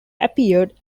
appeared